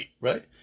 right